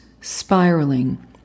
spiraling